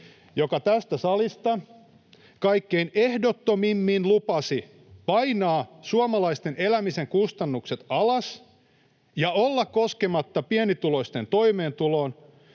joka tästä salista kaikkein ehdottomimmin lupasi painaa suomalaisten elämisen kustannukset alas ja olla koskematta pienituloisten toimeentuloon,